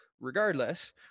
Regardless